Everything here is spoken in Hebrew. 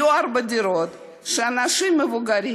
היו הרבה דירות שבהן אנשים מבוגרים,